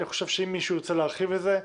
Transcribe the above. אני חושב שאם מישהו ירצה להרחיב את זה,